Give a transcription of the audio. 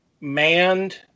manned